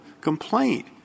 complaint